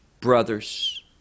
brothers